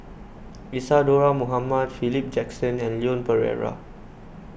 Isadhora Mohamed Philip Jackson and Leon Perera